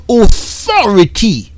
authority